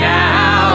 now